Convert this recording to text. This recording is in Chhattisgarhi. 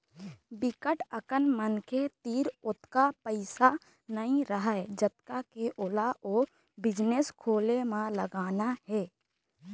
बिकट अकन मनखे तीर ओतका पइसा नइ रहय जतका के ओला ओ बिजनेस खोले म लगाना हे